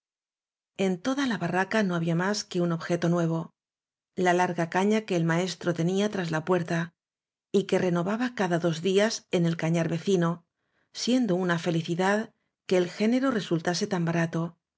en toda la barraca no había más que un objeto nuevo la larga caña que el maestro te nía tras la puerta y que renovaba cada dos días en el cañar vecino siendo una felicidad que el género resultase tan barato